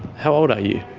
how old are you?